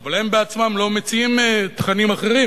אבל הם בעצמם לא מציעים תכנים אחרים,